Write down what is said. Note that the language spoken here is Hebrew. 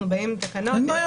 אין בעיה,